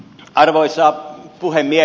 arvoisa puhemies